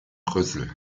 brüssel